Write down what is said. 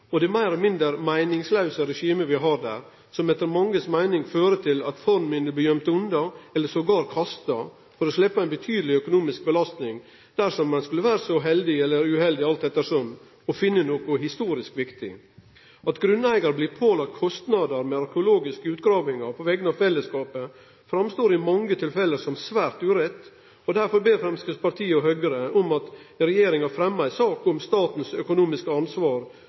og det meir eller mindre meiningslause regimet vi har der, som etter mange si meining fører til at fornminne blir gøymde unna, eller endåtil kasta, for å sleppe ei betydeleg økonomisk belastning dersom ein skulle vere så heldig eller uheldig, alt ettersom, å finne noko historisk viktig. At grunneigar blir pålagd kostnader ved arkeologiske utgravingar på vegner av fellesskapen, fortonar seg i mange tilfelle som svært urett, og derfor ber Framstegspartiet og Høgre om at regjeringa fremmar ei sak om statens økonomiske ansvar